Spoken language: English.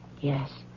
Yes